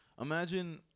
imagine